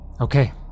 Okay